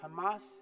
Hamas